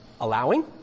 allowing